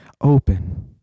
open